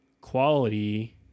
quality